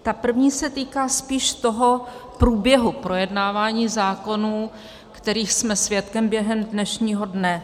Ta první se týká spíš průběhu projednávání zákonů, kterých jsme svědkem během dnešního dne.